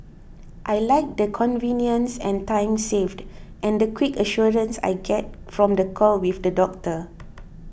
I like the convenience and time saved and the quick assurance I get from the call with the doctor